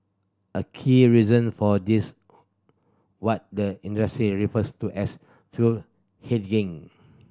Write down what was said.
a key reason for this what the industry refers to as fuel hedging